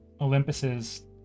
Olympus's